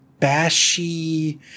bashy